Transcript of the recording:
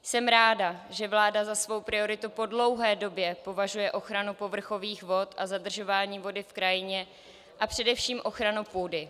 Jsem ráda, že vláda za svou prioritu po dlouhé době považuje ochranu povrchových vod a zadržování vody v krajině a především ochranu půdy.